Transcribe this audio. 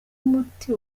umuti